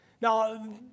Now